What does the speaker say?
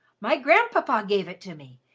my grandpapa gave it to me.